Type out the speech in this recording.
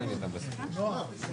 הישיבה ננעלה בשעה